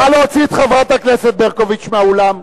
נא להוציא את חברת הכנסת ברקוביץ מהאולם.